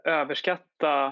överskatta